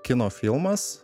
kino filmas